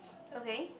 okay